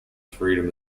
freedom